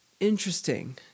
interesting